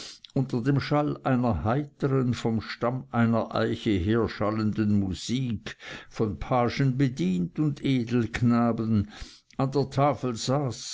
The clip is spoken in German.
unter dem schall einer heitern vom stamm einer eiche herschallenden musik von pagen bedient und edelknaben an der tafel saß